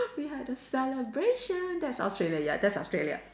we had a celebration that's Australia ya that's Australia